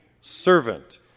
servant